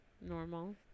normal